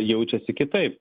jaučiasi kitaip